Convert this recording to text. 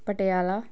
Patiala